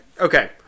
okay